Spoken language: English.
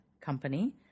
company